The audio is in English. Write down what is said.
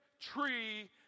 tree